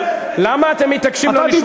למה אתם מתעקשים לא לשמוע?